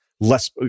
less –